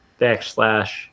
backslash